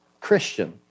Christian